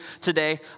today